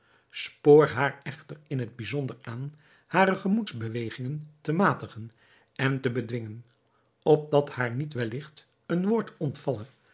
spoor haar echter in het bijzonder aan hare gemoedsbewegingen te matigen en te bedwingen opdat haar niet welligt een woord ontvalle